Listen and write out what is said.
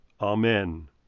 Amen